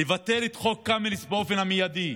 לבטל את חוק קמיניץ באופן מיידי